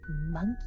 monkey